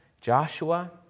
Joshua